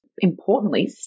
Importantly